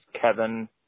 Kevin